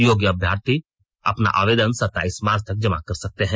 योग्य अभ्यर्थी अपना आवेदन सत्ताईस मार्च तक जमा कर सकते हैं